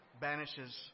banishes